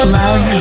love